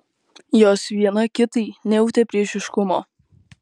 jos viena kitai nejautė priešiškumo